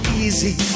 easy